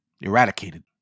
eradicated